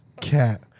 Cat